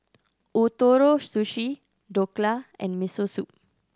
Ootoro Sushi Dhokla and Miso Soup